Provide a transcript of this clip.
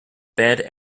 bad